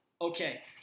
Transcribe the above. Okay